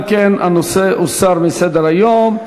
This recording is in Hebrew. אם כן, הנושא הוסר מסדר-היום.